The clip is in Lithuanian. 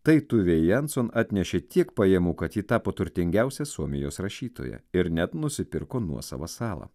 tai tuvė janson atnešė tiek pajamų kad ji tapo turtingiausia suomijos rašytoja ir net nusipirko nuosavą salą